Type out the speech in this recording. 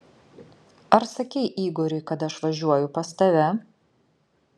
ar sakei igoriui kad aš važiuoju pas tave